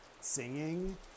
singing